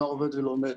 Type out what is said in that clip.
נוער עובד ולומד.